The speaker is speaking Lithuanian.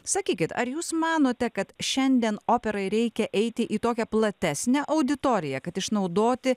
sakykit ar jūs manote kad šiandien operai reikia eiti į tokią platesnę auditoriją kad išnaudoti